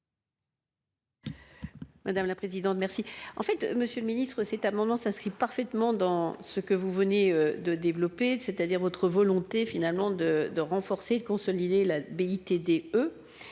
Madame la présidente. Merci. En fait, Monsieur le Ministre, cet amendement s'inscrit parfaitement dans ce que vous venez de développer, c'est-à-dire votre volonté finalement de de renforcer et de consolider la BITD